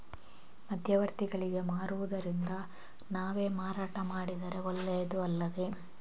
ಮಧ್ಯವರ್ತಿಗಳಿಗೆ ಮಾರುವುದಿಂದ ನಾವೇ ಮಾರಾಟ ಮಾಡಿದರೆ ಒಳ್ಳೆಯದು ಅಲ್ಲವೇ?